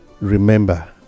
Remember